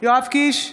יואב קיש,